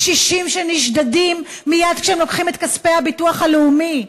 קשישים שנשדדים מייד כשהם לוקחים את כספי הביטוח הלאומי,